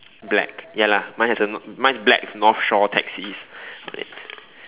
black ya lah mine has a nor~ mine is black with North Shore taxis on it